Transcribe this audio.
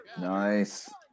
Nice